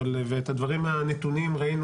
ואת הדברים הנתונים ראינו,